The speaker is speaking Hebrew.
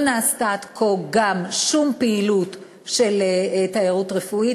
לא נעשתה עד כה גם שום פעילות של תיירות רפואית.